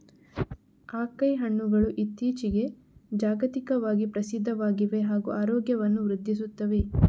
acai ಹಣ್ಣುಗಳು ಇತ್ತೀಚಿಗೆ ಜಾಗತಿಕವಾಗಿ ಪ್ರಸಿದ್ಧವಾಗಿವೆ ಹಾಗೂ ಆರೋಗ್ಯವನ್ನು ವೃದ್ಧಿಸುತ್ತವೆ